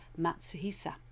Matsuhisa